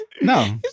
No